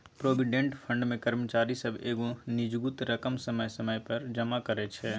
provident fund मे कर्मचारी सब एगो निजगुत रकम समय समय पर जमा करइ छै